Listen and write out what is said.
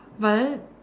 but then